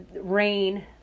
rain